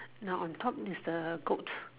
now on top is the goat